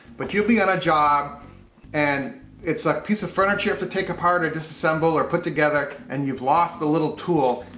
but you'll be on a job and it's a piece of furniture for take apart or disassemble or put together and you've lost the little tool.